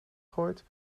gooit